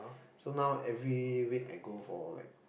so now every week I go for like